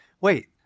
wait